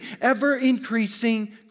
Ever-increasing